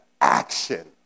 action